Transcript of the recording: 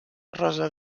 rosa